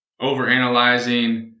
overanalyzing